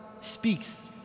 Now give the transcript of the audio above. speaks